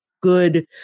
good